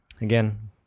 Again